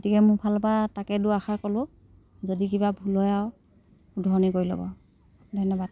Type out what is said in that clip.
গতিকে মোৰ ফালৰ পৰা তাকে দুআষাৰ ক'লোঁ যদি কিবা ভুল হয় আৰু শুধৰণি কৰি ল'ব ধন্যবাদ